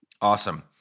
Awesome